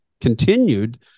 continued